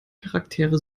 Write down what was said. charaktere